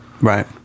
right